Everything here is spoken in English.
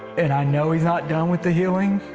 and i know he's not done with the healing.